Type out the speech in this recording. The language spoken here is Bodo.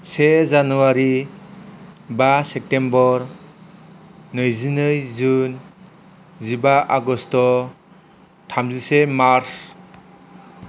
से जानुवारि बा सेप्तेम्बर नैजिनै जुन जिबा आगस्त' थामजिसे मार्स